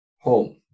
home